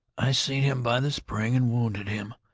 i seen him by the spring and wounded him.